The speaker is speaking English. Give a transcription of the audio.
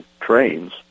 trains